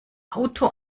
auto